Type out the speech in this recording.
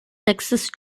sexist